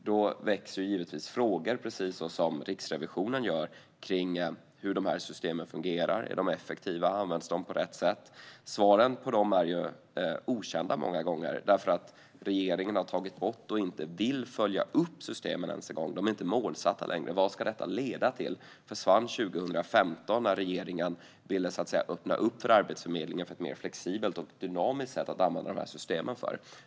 Då väcks givetvis frågor - precis så som är fallet beträffande Riksrevisionen - om hur dessa system fungerar. Är det effektiva? Används de på rätt sätt? Svaren på dessa frågor är många gånger okända, eftersom regeringen inte ens vill följa upp systemen. De är inte längre målsatta, och man ställer inte frågan vad det hela ska leda till. Det försvann 2015, när regeringen ville öppna upp för Arbetsförmedlingen för ett mer flexibelt och dynamiskt sätt att använda dessa system.